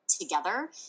together